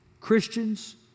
Christians